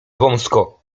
wąsko